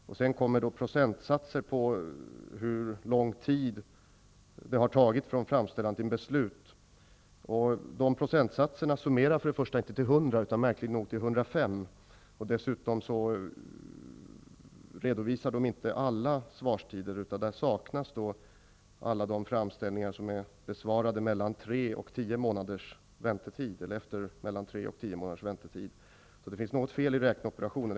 Statsrådet redogjorde för procentsatser över hur lång tid det har tagit från framställan till beslut. Dessa procentsatser summerar inte till 100 % utan märkligt nog till 105 %. Dessutom redovisar de inte alla svarstider. Alla de framställningar som är besvarade efter en väntetid på mellan tre och tio månader saknas. Det är något fel i räkneoperationen.